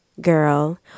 girl